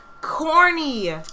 corny